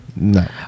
no